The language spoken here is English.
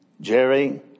Jerry